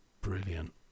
Brilliant